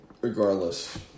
Regardless